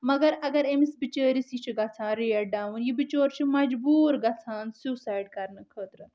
مگر اگر أمس بِچٲرس یہِ چھِ گژھان ریٹ ڈوُن یہِ بِچور چھُ مجبوٗر گژھان سُیوسایڑ کرنہٕ خٲطرٕ